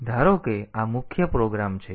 તેથી ધારો કે આ મુખ્ય પ્રોગ્રામ છે